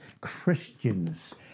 Christians